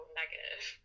negative